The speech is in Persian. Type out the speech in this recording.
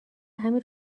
همین